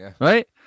right